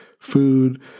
Food